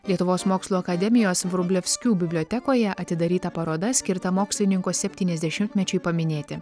lietuvos mokslų akademijos vrublevskių bibliotekoje atidaryta paroda skirta mokslininko septyniasdešimtmečiui paminėti